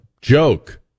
joke